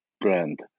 brand